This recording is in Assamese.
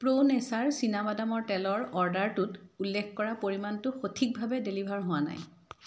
প্ৰো নেচাৰ চীনাবাদামৰ তেলৰ অৰ্ডাৰটোত উল্লেখ কৰা পৰিমাণটো সঠিকভাৱে ডেলিভাৰ হোৱা নাই